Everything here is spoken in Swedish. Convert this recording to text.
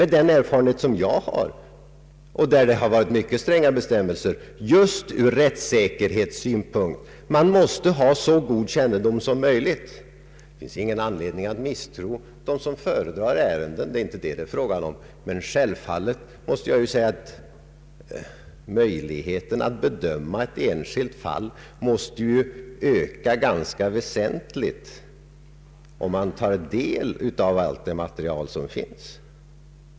Inom den verksamhet som jag har erfarenhet av råder mycket stränga bestämmelser, just med tanke på rättssäkerheten. De som avgör ärendena måste ha så god kännedom som möjligt om dem. Det finns ingen anledning att misstro dem som föredrar ärenden, men självfallet måste möjligheten att bedöma ett enskilt fall öka väsentligt, om man tar del av allt det material som finns.